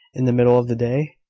in the middle of the day?